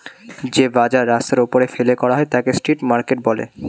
যে বাজার রাস্তার ওপরে ফেলে করা হয় তাকে স্ট্রিট মার্কেট বলে